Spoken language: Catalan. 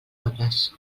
obres